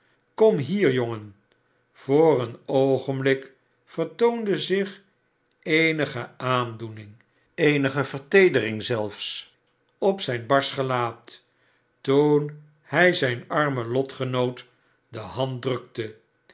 kom hier jongen voor een oogenblik vertoonde zich eenige aandoening eenige verteedering zelfs op zijn barsch gelaat toen hij zijn armen lotgenoot de hand drukte